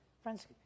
Friends